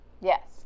Yes